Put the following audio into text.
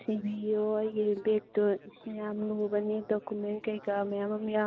ꯊꯤꯕꯤꯌꯣ ꯑꯩꯒꯤ ꯕꯦꯒꯇꯣ ꯌꯥꯝ ꯂꯨꯕꯅꯦ ꯗꯣꯀꯨꯃꯦꯟ ꯀꯩꯀꯥ ꯃꯌꯥꯝ ꯑꯃ ꯌꯥꯎꯈꯤꯕꯅꯦ